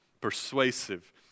persuasive